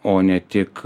o ne tik